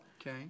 Okay